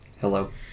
Hello